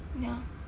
ya